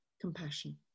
compassion